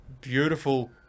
beautiful